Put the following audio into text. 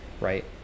right